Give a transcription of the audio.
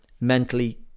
mentally